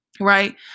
Right